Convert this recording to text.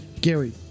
Gary